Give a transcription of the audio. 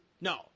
No